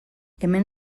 hemen